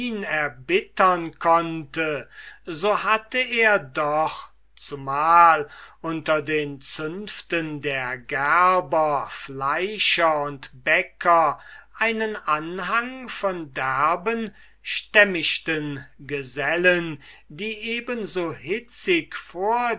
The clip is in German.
erbittern konnte so hatte er doch zumal unter den zünften der gerber fleischer und bäcker einen anhang von derben stämmigten gesellen die eben so hitzig vor